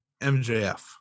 MJF